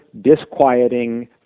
disquieting